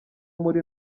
muri